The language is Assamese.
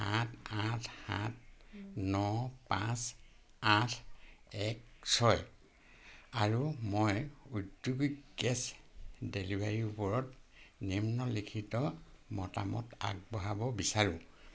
সাত আঠ সাত ন পাঁচ আঠ এক ছয় আৰু মই ঔদ্যোগিক গেছ ডেলিভাৰীৰ ওপৰত নিম্নলিখিত মতামত আগবঢ়াব বিচাৰো